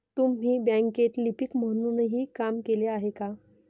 तुम्ही बँकेत लिपिक म्हणूनही काम केले आहे का?